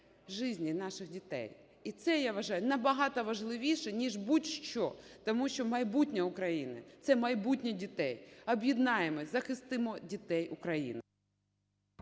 життів наших дітей. І це, я вважаю, набагато важливіше, ніж будь-що, тому що майбутнє України – це майбутнє дітей. Об'єднаємося, захистимо дітей України!